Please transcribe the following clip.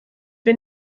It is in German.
wir